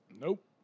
Nope